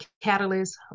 catalyst